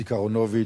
איציק אהרונוביץ,